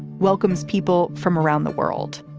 welcomes people from around the world.